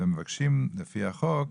ומבקשים לפי החוק,